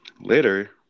Later